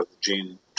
gene